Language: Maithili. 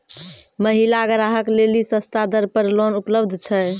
महिला ग्राहक लेली सस्ता दर पर लोन उपलब्ध छै?